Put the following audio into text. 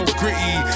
gritty